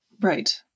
Right